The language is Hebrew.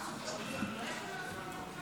לך לעזה ותדאג לעזה.